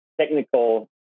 technical